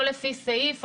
לא לפי סעיף,